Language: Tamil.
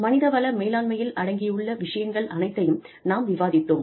மனிதவள மேலாண்மையில் அடங்கியுள்ள விஷயங்கள் அனைத்தையும் நாம் விவாதித்தோம்